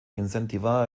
incentivar